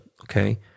okay